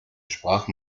sprach